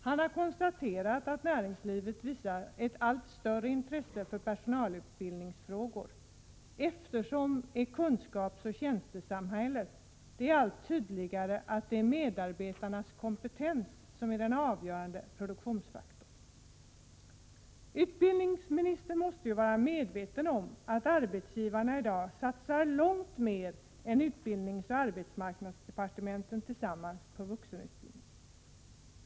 Han har konstaterat att näringslivet visar ett allt större intresse för personalutbildningsfrågor, eftersom det i kunskapsoch tjänstesamhället är allt tydligare att medarbetarnas kompetens är den avgörande produktionsfaktorn. Utbildningsministern måste vara medveten om att arbetsgivarna i dag satsar långt mer än utbildningsoch arbetsmarknadsdepartementen tillsammans på vuxenutbildning.